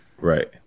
Right